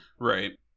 Right